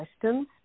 questions